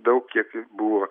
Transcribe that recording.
daug kiek buvo